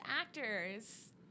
actors